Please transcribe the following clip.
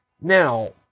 Now